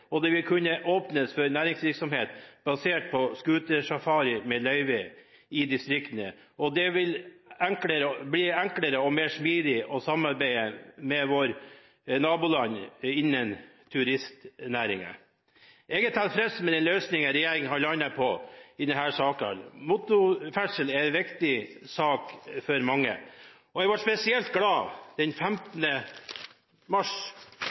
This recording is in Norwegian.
og det vil kunne åpnes for næringsvirksomhet basert på scootersafari med løyve i distriktene. Det vil bli enklere og smidigere å samarbeide med våre naboland innen turistnæringen. Jeg er tilfreds med den løsningen regjeringen har landet på i denne saken. Motorferdsel er en viktig sak for mange. Jeg ble spesielt glad den 15. mars,